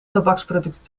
tabaksproducten